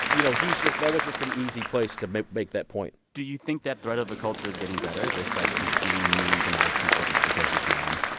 you know, he's just that was just an easy place to make make that point do you think that thread of the culture is getting better? this, like, just being mean to nice people just because you can,